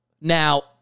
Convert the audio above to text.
Now